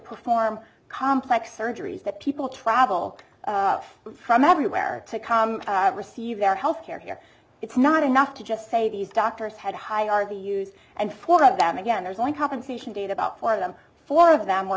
perform complex surgeries that people travel from everywhere to come receive their health care here it's not enough to just say these doctors had high are the us and four of them again there's one compensation data about four of them four of them were